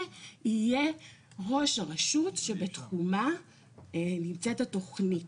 יהיה ראש הרשות שבתחומה נמצאת התוכנית.